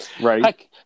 Right